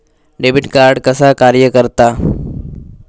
Debit card कसा कार्य करता?